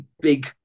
big